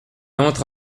entre